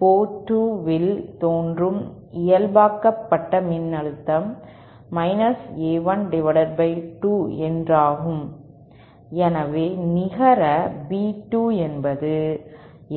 board 2 இல் தோன்றும் இயல்பாக்கப்பட்ட மின்னழுத்தம் A12 என்றாகும்